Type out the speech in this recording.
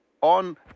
on